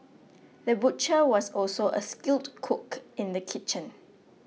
the butcher was also a skilled cook in the kitchen